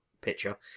picture